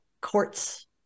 courts –